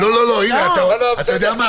אבל --- אתה יודע מה?